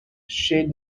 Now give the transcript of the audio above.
chez